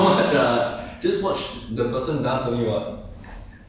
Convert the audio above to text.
yah lah